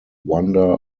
wonder